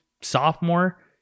sophomore